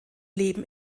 leben